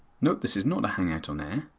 note this is not a hangout on air,